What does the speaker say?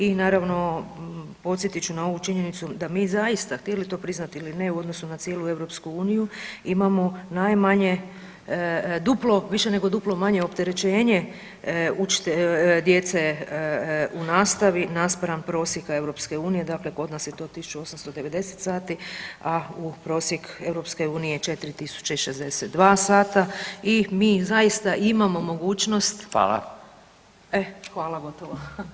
I naravno podsjetit ću na ovu činjenicu da mi zaista htjeli to priznat ili ne u odnosu na cijelu EU imamo najmanje, duplo, više nego duplo manje opterećenje djece u nastavi naspram prosjeka EU, dakle kod nas je to 1890 sati, a u prosjek EU 4062 sata i mi zaista imamo mogućnost [[Upadica: Hvala]] E, hvala, gotovo.